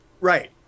right